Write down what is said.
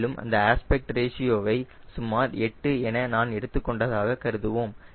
மேலும் அந்த aspect ratio வை சுமார் 8 என நான் எடுத்துக் கொண்டதாக கருதுவோம்